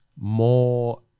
more